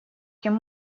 кем